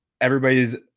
Everybody's